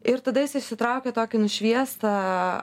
ir tada jis išsitraukė tokį nušviestą